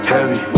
Heavy